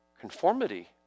conformity